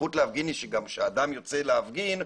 הזכות להפגין היא כזאת שכאשר אדם יוצא להפגין,